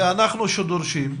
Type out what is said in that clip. זה אנחנו שדורשים,